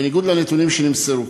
בניגוד לנתונים שנמסרו,